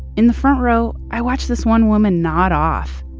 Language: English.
in the front row, i watched this one woman nod off,